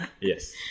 Yes